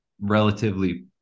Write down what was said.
relatively